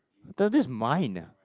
!duh! this mine